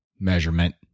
measurement